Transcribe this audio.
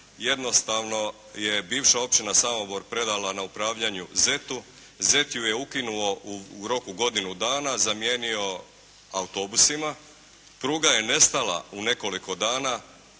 jednostavno je bivša općina Samobor predala na upravljanje ZET-u. ZET ju je ukinuo u roku godinu dana, zamijenio autobusima. Pruga je nestala u nekoliko dana.